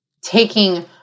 Taking